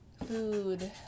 Food